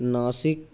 Nashik